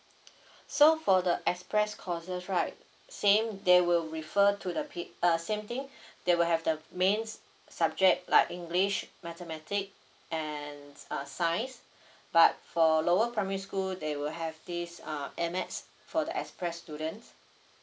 so for the express courses right same they will refer to the P uh same thing they will have the mains subject like english mathematic and uh science but for lower primary school they will have this um add math for the express students